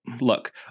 look